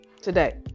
today